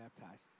baptized